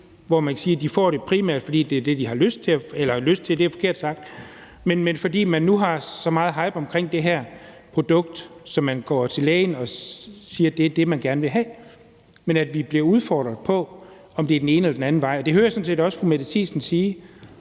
hvor man kan sige, at de primært får det, fordi det er det, de har lyst til at få – eller »lyst til« er forkert sagt, men fordi der nu er så meget hype omkring det her produkt, at man går til lægen og siger, at det er det, man gerne vil have – men at vi bliver udfordret på, om det er den ene eller den anden vej. Jeg hører sådan set også fru Mette Thiesen sige,